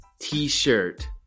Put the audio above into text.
t-shirt